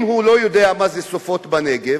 אם הוא לא יודע מה זה "סופות בנגב",